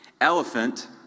Elephant